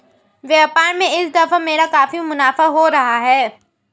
व्यापार में इस दफा मेरा काफी मुनाफा हो रहा है